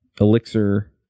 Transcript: Elixir